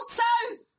south